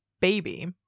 baby